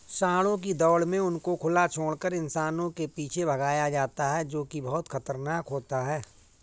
सांडों की दौड़ में उनको खुला छोड़कर इंसानों के पीछे भगाया जाता है जो की बहुत खतरनाक होता है